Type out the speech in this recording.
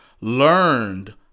learned